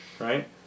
Right